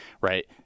right